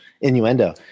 innuendo